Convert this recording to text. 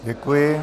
Děkuji.